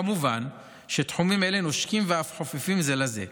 כמובן שתחומים אלו נושקים ואף חופפים זה לזה.